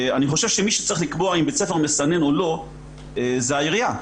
אני חושב שמי שצריך לקבוע אם בית ספר מסנן או לא זו העירייה.